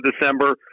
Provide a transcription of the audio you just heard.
December